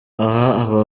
aho